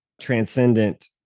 transcendent